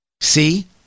See